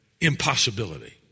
impossibility